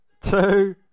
two